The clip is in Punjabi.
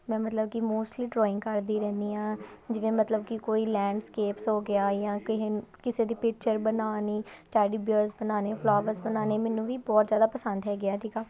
ਮੈਂ ਮਤਲਬ ਕਿ ਮੋਸਟਲੀ ਡਰੋਇੰਗ ਕਰਦੀ ਰਹਿੰਦੀ ਹਾਂ ਜਿਵੇਂ ਮਤਲਬ ਕਿ ਕੋਈ ਲੈਂਡਸਕੇਪਸ ਹੋ ਗਿਆ ਜਾਂ ਕਿਹੇ ਕਿਸੇ ਦੀ ਪਿਕਚਰ ਬਣਾਉਣੀ ਟੈਡੀ ਬਿਅਰਸ ਬਣਾਉਣੇ ਫਲਾਵਰਸ ਬਣਾਉਣੇ ਮੈਨੂੰ ਵੀ ਬਹੁਤ ਜ਼ਿਆਦਾ ਪਸੰਦ ਹੈਗੇ ਆ ਠੀਕ ਆ